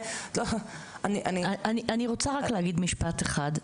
אני רוצה להגיד משפט אחד,